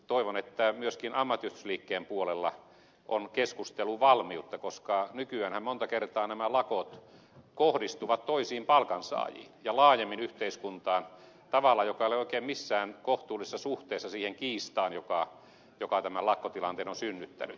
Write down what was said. toivon että myöskin ammattiyhdistysliikkeen puolella on keskusteluvalmiutta koska nykyäänhän monta kertaa nämä lakot kohdistuvat toisiin palkansaajiin ja laajemmin yhteiskuntaan tavalla joka ei ole oikein missään kohtuullisessa suhteessa siihen kiistaan joka tämän lakkotilanteen on synnyttänyt